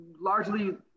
largely